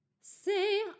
Say